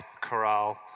corral